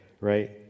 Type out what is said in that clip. right